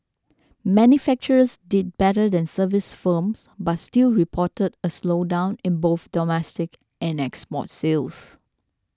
manufacturers did better than service firms but still reported a slowdown in both domestic and export sales